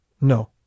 no